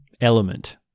element